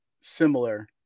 similar